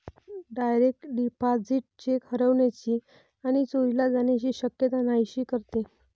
direct deposit cheque हरवण्याची आणि चोरीला जाण्याची शक्यता नाहीशी करते